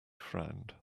frowned